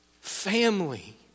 family